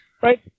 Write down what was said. Right